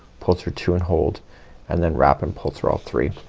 pull through two and hold and then wrap and pull through all three.